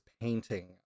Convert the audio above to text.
painting